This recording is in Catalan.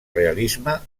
realisme